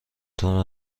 طور